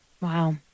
Wow